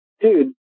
dude